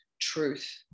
truth